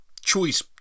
choice